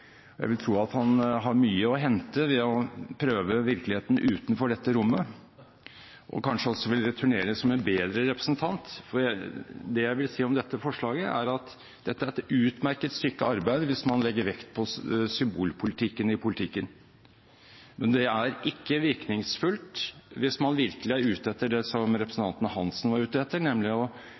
gjenvalg. Jeg vil tro at han har mye å hente ved å prøve virkeligheten utenfor dette rommet, og at han kanskje også vil returnere som en bedre representant. Det jeg vil si om dette forslaget, er at det er et utmerket stykke arbeid hvis man legger vekt på symbolpolitikken i politikken. Men det er ikke virkningsfullt hvis man virkelig er ute etter det som representanten Hansen var ute etter, nemlig